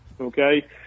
Okay